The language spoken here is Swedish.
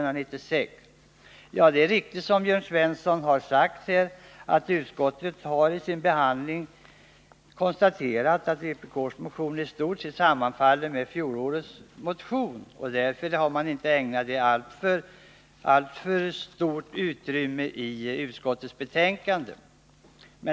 Jag vill bara framhålla att utskottet — som Jörn Svensson sade — vid behandlingen av motionen konstaterade att den i stort sammanföll med fjolårets vpk-motion. Därför har inte utskottet ägnat den alltför stort utrymme i betänkandet.